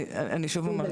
קיבלתי.